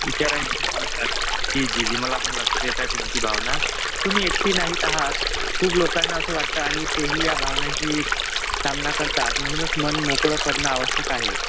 विचारांची आपण जी जी जी मला पण लक्षात येत आहे तुमची भावना तुम्ही एकटी नाहीत आहात खूप लोकांना असं वाटतं आणि ते ही या भावनांची सामना करतात म्हणूनच मन मोकळं करणं आवश्यक आहे